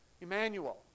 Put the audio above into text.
Emmanuel